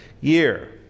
year